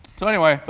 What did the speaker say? so anyway,